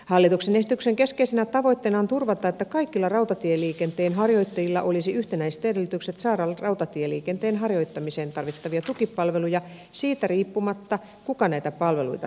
hallituksen esityksen keskeisenä tavoitteena on turvata että kaikilla rautatieliikenteen harjoittajilla olisi yhtenäiset edellytykset saada rautatieliikenteen harjoittamiseen tarvittavia tukipalveluja siitä riippumatta kuka näitä palveluita tarjoaa